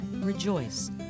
Rejoice